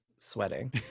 sweating